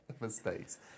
mistakes